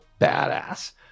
badass